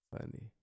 Funny